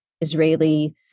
Israeli